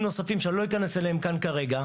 נוספים שאני לא אכנס אליהם כאן כרגע.